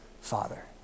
father